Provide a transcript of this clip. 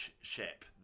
ship